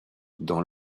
dans